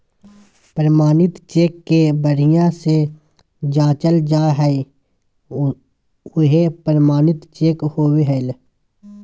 प्रमाणित चेक के बढ़िया से जाँचल जा हइ उहे प्रमाणित चेक होबो हइ